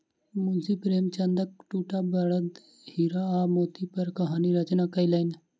मुंशी प्रेमचंदक दूटा बड़द हीरा आ मोती पर कहानी रचना कयलैन